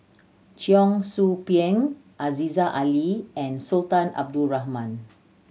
Cheong Soo Pieng Aziza Ali and Sultan Abdul Rahman